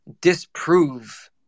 disprove